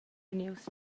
vegnius